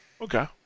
Okay